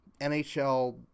NHL